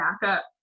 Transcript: backup